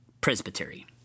Presbytery